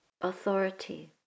authority